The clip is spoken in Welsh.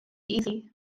iddi